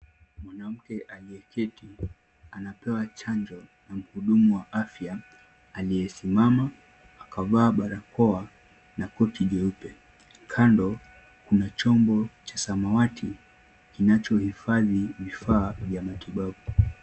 Mwanamke aliye keti anapewa chanjo na mhudumu wa afya aliye simama akavaa barakoa na koti jeupe. Kando kuna chombo cha samawati kinacho hifadhi vifaa vya matibabu.